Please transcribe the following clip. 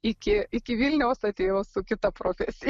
iki iki vilniaus atėjau su kita profesija